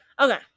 Okay